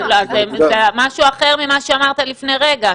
אז זה משהו אחר ממה שאמרת לפני רגע,